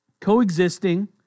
Coexisting